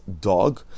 dog